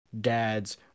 dad's